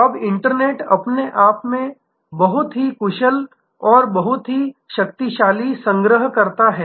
अब इंटरनेट अपने आप में एक बहुत ही कुशल और बहुत शक्तिशाली संग्रहकर्ता है